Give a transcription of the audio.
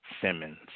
Simmons